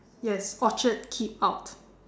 yes orchard keep out